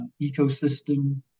ecosystem